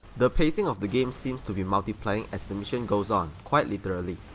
the pacing of the game seems to be multiplying as the mission goes on, quite literally.